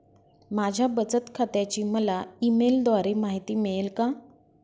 माझ्या बचत खात्याची मला ई मेलद्वारे माहिती मिळेल का?